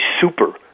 super